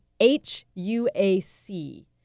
H-U-A-C